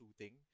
shooting